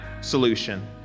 solution